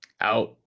Out